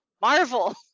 Marvel